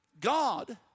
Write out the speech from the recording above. God